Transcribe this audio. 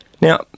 Now